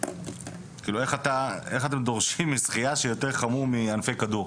איך אתם דורשים משחייה שיהיה יותר חמור מענפי כדור?